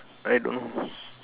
I don't know